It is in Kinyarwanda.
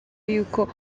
y’uko